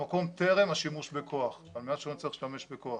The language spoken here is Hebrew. טרם השימוש בכוח, על מנת שלא נצטרך להשתמש בכוח.